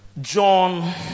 John